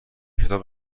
کتاب